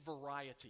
variety